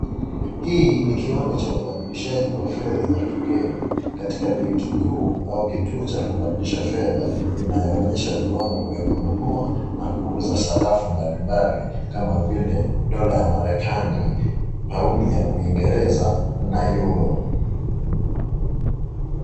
Hii ni kiwango cha ubadilishaji wa fedha za kigeni katika benki kuu au kituo cha kubadilisha fedha inayoonyesha viwango vya kununua na kuuza sarafu mbalimbali kama vile dola ya marekani, pauni ya uingereza na yuro.